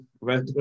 right